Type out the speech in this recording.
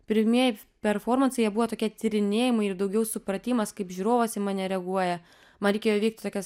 pirmieji performansai jie buvo tokie tyrinėjimai ir daugiau supratimas kaip žiūrovas į mane reaguoja man reikėjo įveikti tokias